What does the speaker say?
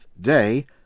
day